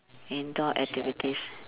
indoor activities